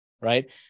right